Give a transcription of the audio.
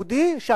הוא יהודי גזען.